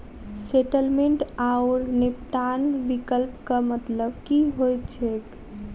Settlement आओर निपटान विकल्पक मतलब की होइत छैक?